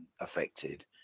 affected